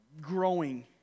growing